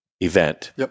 event